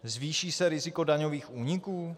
Zvýší se riziko daňových úniků?